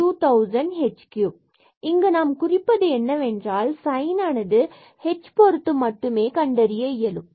எனவே இங்கு நாம் குறிப்பது என்னவென்றால் சைன் ஆனது h பொறுத்து மட்டுமே கண்டறிய இயலும்